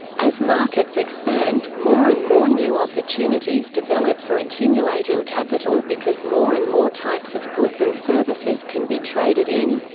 as markets expand, more and more new opportunities develop for accumulating capital because more and more types of goods and services can be traded in.